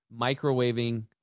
microwaving